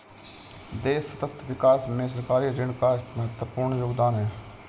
देश सतत विकास में सरकारी ऋण का महत्वपूर्ण योगदान है